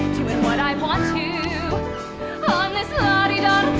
what i want to, on this la dee dah